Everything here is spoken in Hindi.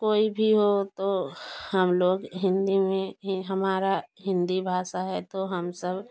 कोई भी हो तो हम लोग हिंदी में ही हमारा हिंदी भाषा है तो हम सब